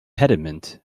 pediment